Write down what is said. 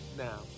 Now